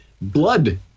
blood